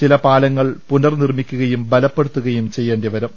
ചില പാലങ്ങൾ പുനർനിർമ്മിക്കുകയും ബലപ്പെടുത്തുകയും ചെയ്യേണ്ടിവരും